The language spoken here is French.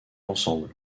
ensemble